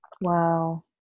Wow